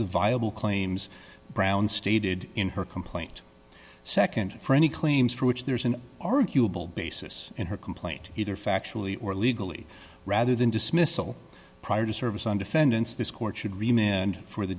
the viable claims brown stated in her complaint nd for any claims for which there is an arguable basis in her complaint either factually or legally rather than dismissal prior to service on defendants this court should remain and for the